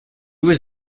was